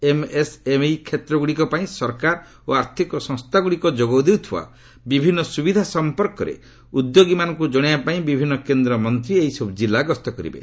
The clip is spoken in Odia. ଏମ୍ଏସ୍ଏମ୍ଇ କ୍ଷେତ୍ରଗୁଡ଼ିକ ପାଇଁ ସରକାର ଓ ଆର୍ଥିକ ସଂସ୍ଥାଗୁଡ଼ିକ ଯୋଗାଇ ଦେଉଥିବା ବିଭିନ୍ନ ସୁବିଧା ସମ୍ପର୍କରେ ଉଦ୍ୟୋଗୀମାନଙ୍କୁ ଜଣାଇବା ପାଇଁ ବିଭିନ୍ନ କେନ୍ଦ୍ରମନ୍ତ୍ରୀ ଏହିସବୁ ଜିଲ୍ଲା ଗସ୍ତ କରିବେ